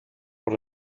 por